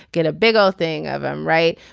get a big old thing of him right.